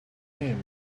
him